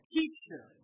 Teacher